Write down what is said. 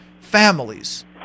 families